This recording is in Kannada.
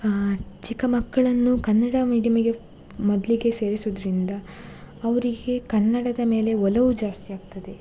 ಚಿಕ್ಕ ಮಕ್ಕಳನ್ನು ಕನ್ನಡ ಮೀಡಿಯಮ್ಮಿಗೆ ಮೊದಲಿಗೆ ಸೇರಿಸೋದ್ರಿಂದ ಅವರಿಗೆ ಕನ್ನಡದ ಮೇಲೆ ಒಲವು ಜಾಸ್ತಿಯಾಗ್ತದೆ